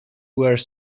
were